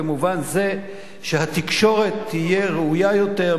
במובן זה שהתקשורת תהיה ראויה יותר,